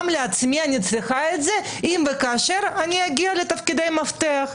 גם לעצמי אני צריכה את זה אם וכאשר אני אגיע לתפקידי מפתח,